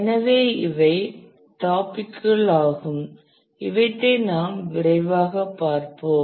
எனவே இவை டாபிக்கள் ஆகும் இவற்றை நாம் விரைவாக பார்ப்போம்